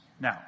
now